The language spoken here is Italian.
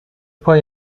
poi